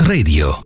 Radio